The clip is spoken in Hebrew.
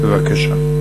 בבקשה.